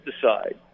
decide